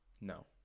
no